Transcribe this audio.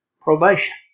probation